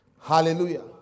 Hallelujah